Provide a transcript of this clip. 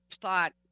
thought